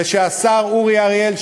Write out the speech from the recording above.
ושהשר אורי אריאל,